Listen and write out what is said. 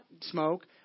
smoke